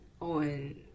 on